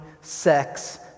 sex